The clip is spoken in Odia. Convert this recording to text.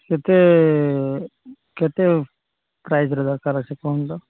କେତେ କେତେ ପ୍ରାଇସ୍ର ଦରକାର ଅଛି କୁହନ୍ତୁ